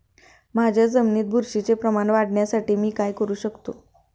माझ्या जमिनीत बुरशीचे प्रमाण वाढवण्यासाठी मी काय करू शकतो?